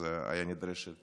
אז הייתה נדרשת